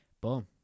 Boom